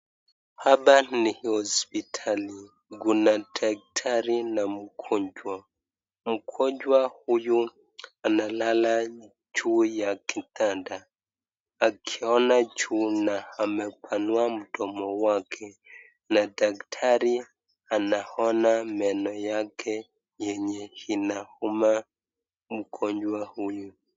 Hapa ni hosiptali, kuna daktari na mgonjwa. Mgonjwa huyu analala juu ya kitanda akiona juu na amepanua mdomo wake na daktari anaona meno yake yenye inauma mgonjwa huyu.